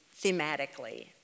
thematically